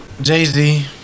Jay-Z